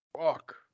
Fuck